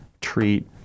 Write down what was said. treat